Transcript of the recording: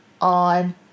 on